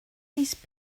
these